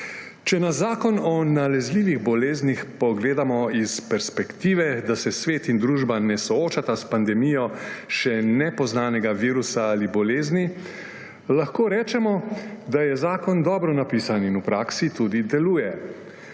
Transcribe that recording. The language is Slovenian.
Če na Zakon o nalezljivih boleznih pogledamo iz perspektive, da se svet in družba ne soočata s pandemijo še nepoznanega virusa ali bolezni, lahko rečemo, da je zakon dobro napisan in v praksi tudi deluje.